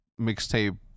mixtape